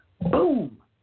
boom